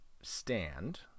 stand